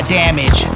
damage